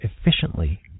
efficiently